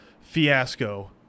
fiasco